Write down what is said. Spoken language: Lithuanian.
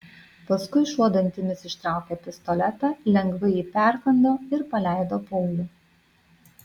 paskui šuo dantimis ištraukė pistoletą lengvai jį perkando ir paleido paulių